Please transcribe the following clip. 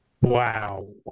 Wow